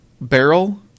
barrel